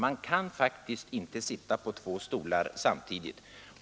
Man kan faktiskt inte sitta på två stolar samtidigt.